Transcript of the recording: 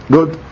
Good